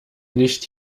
nicht